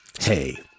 Hey